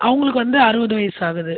அவங்களுக்கு வந்து அறுபது வயசு ஆகுது